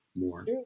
more